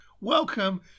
welcome